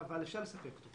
אבל אפשר לספק אותם.